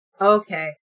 Okay